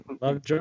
Love